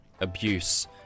abuse